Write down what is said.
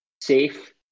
safe